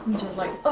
just like,